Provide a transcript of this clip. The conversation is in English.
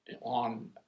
on